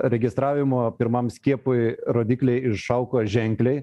registravimo pirmam skiepui rodikliai išaugo ženkliai